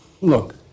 Look